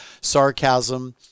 sarcasm